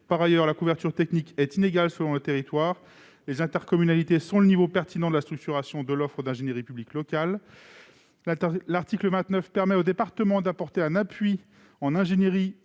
Par ailleurs, la couverture technique est inégale selon les territoires. Selon nous, les intercommunalités sont le niveau pertinent de la structuration de l'offre d'ingénierie publique locale. L'article 29 permet au département d'apporter un appui en ingénierie et